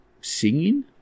Singing